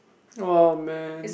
aww man